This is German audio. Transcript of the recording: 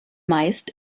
meist